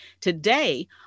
Today